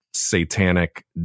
Satanic